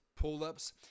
pull-ups